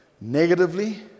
negatively